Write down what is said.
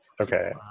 Okay